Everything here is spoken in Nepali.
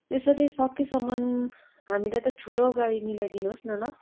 त्यसरी सकेसम्म हामीलाई त ठुलो गाडी मिलाइदिनुहोस् न ल